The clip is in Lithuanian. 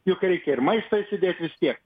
juk reikia ir maistą įsidėt vis tiek